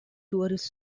tourist